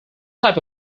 type